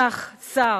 צח סער,